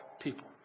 people